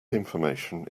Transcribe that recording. information